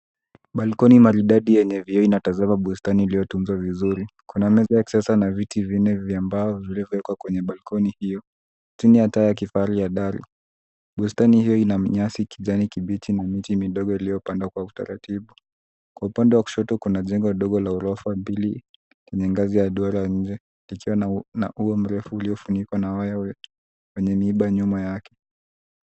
Balconi maridadi yenye vioo inatazama bustani iliyotunzwa vizuri. Kuna meza ya kisasa na viti vinne vya mbao vilivyowekwa kwenye balconi hiyo, chini ya taa ya kifahari ya dari. Bustani hiyo ina nyasi kijani kibichi na miti midogo iliyopandwa kwa utaratibu. Kwa upande wa kushoto, kuna jengo dogo la orofa mbili lenye ngazi ya duara nje, likiwa na ua mrefu uliofunikwa na waya wenye miiba nyuma yake.